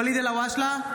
ואליד אלהואשלה,